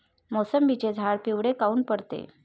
मोसंबीचे झाडं पिवळे काऊन पडते?